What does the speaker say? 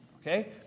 Okay